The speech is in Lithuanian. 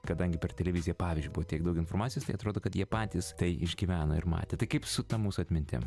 kadangi per televiziją pavyzdžiui buvo tiek daug informacijos tai atrodo kad jie patys tai išgyveno ir matė tai kaip su ta mūsų atmintim